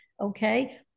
okay